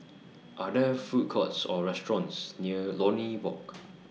Are There Food Courts Or restaurants near Lornie Walk